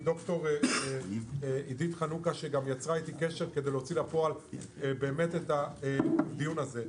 ד"ר עידית חנוכה שגם יצרה איתי קשר כדי להוציא לפועל את הדיון הזה.